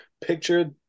picture